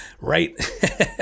right